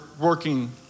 working